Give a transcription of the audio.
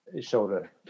shoulder